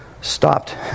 stopped